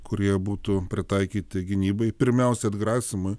kurie būtų pritaikyti gynybai pirmiausia atgrasymui